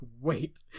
wait